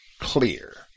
clear